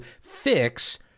fix